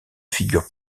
figure